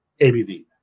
ABV